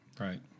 Right